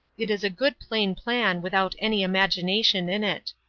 it is a good plain plan, without any imagination in it.